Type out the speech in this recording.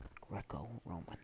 Greco-Roman